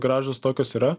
grąžos tokios yra